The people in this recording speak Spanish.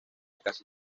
casi